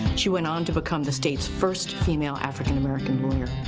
she went on to become the state's first female african-american lawyer.